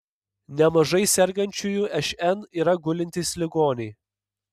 nemažai sergančiųjų šn yra gulintys ligoniai